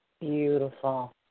beautiful